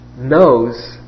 knows